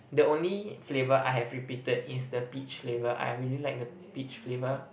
the only flavour I have repeated is the peach flavour I really like the peach flavour